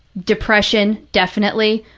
depression definitely,